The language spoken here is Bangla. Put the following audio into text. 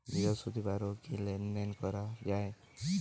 বৃহস্পতিবারেও কি লেনদেন করা যায়?